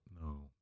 No